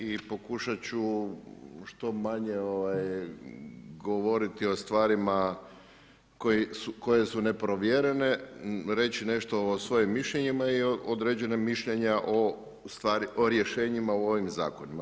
I pokušat ću što manje govoriti o stvarima koje su neprovjerene, reći nešto o svojim mišljenjima i o određena mišljenja o rješenjima u ovim zakonima.